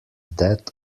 that